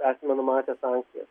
esame numatę sankcijas